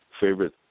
favorite